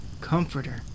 Comforter